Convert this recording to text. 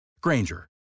Granger